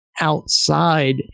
outside